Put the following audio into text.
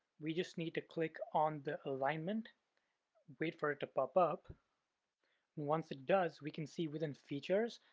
we just need to click on the alignment wait for it to pop up, and once it does, we can see within features,